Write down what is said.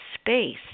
space